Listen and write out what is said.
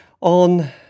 on